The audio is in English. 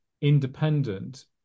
independent